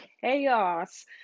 chaos